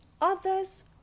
Others